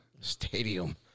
stadium